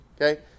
Okay